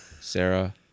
Sarah